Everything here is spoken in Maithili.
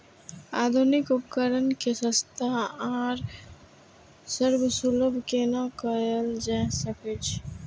आधुनिक उपकण के सस्ता आर सर्वसुलभ केना कैयल जाए सकेछ?